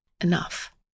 enough